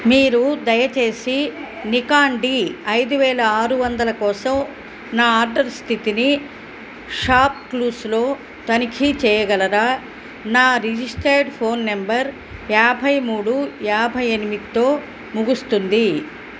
మీరు దయచేసి Nikon D ఐదు వేల ఆరు వందలు కోసం నా ఆర్డర్ స్థితిని షాప్క్లూస్లో తనిఖీ చేయగలరా నా రిజిస్టర్డ్ ఫోన్ నెంబర్ యాభై మూడు యాభై ఎనిమిదితో ముగుస్తుంది